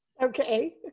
Okay